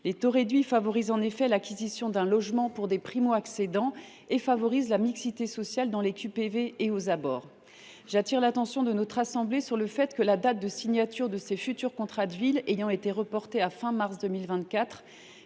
Les taux réduits favorisent en effet l’acquisition d’un logement pour des primo accédants ainsi que la mixité sociale dans les QPV et à leurs abords. J’appelle l’attention de notre assemblée sur le fait que, la date de signature de ces futurs contrats de ville ayant été reportée à la fin